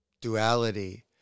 duality